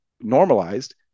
normalized